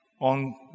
on